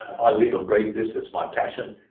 i live and breathe this its my passion,